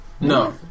No